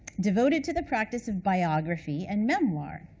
devoted to the practice of biography and memoir.